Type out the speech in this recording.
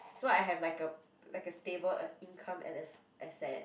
so I have like a like a stable uh income and a asset